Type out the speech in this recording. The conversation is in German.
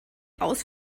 aus